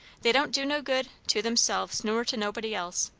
they don't do no good, to themselves nor to nobody else.